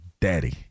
daddy